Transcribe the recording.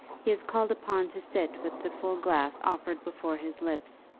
he is called upon to sit with the full glass offered before his lips.